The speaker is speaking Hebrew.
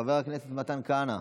חבר הכנסת מתן כהנא,